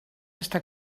està